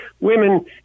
women